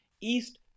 East